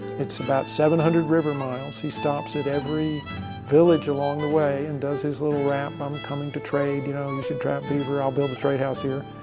it's about seven hundred river miles. he stops at every village along the way and does his little rap, i'm coming to trade you know should trap beaver, i'll build a trade house here.